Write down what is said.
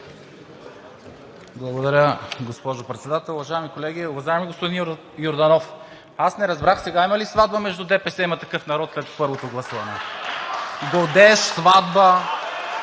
Благодаря, госпожо Председател. Уважаеми колеги, уважаеми господин Йорданов! Аз не разбрах сега има ли сватба между ДПС и „Има такъв народ“ след първото гласуване? (Шум и реплики.